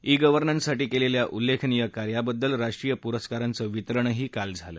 E governance साठी केलेल्या उल्लेखनीय कार्याबद्दल राष्ट्रीयपुरस्कारांच वितरणही काल झालं